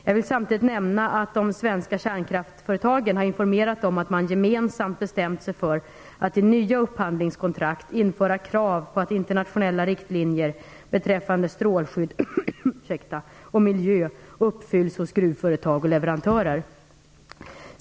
Jag vill samtidgt nämna att de svenska kärnkraftsföretagen har informerat om att man gemensamt bestämt sig för att i nya upphandlingskontrakt införa krav på att internationella riktlinjer beträffande strålskydd och miljö uppfylls hos gruvföretag och leverantörer.